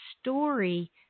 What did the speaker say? story